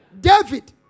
David